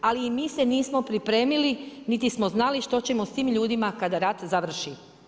Ali mi se nismo pripremili niti smo znali što ćemo s tim ljudima kada rat završi.